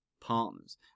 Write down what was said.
partners